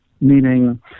meaning